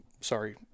Sorry